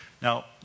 Now